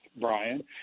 Brian